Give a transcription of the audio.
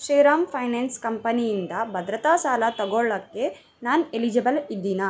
Shri Ram finance ಕಂಪನಿಯಿಂದ ಭದ್ರತಾ ಸಾಲ ತಗೋಳ್ಳೋಕೆ ನಾನು ಎಲಿಜಿಬಲ್ ಇದ್ದೀನಾ